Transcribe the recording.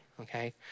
okay